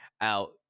out